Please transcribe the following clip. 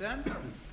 stort.